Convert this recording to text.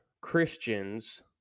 Christians